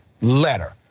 letter